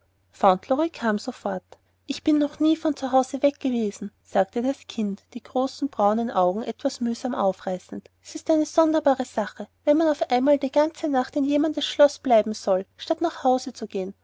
fauntleroy kam sofort ich bin noch nie von hause weg gewesen sagte das kind die großen braunen augen etwas mühsam aufreißend s ist eine sonderbare sache wenn man auf einmal die ganze nacht in jemandes schloß bleiben soll statt nach hause zu gehen